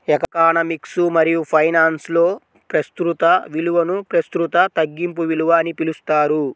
economics మరియుఫైనాన్స్లో, ప్రస్తుత విలువనుప్రస్తుత తగ్గింపు విలువ అని పిలుస్తారు